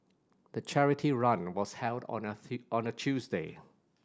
the charity run was held on a on a Tuesday